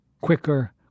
quicker